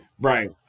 Right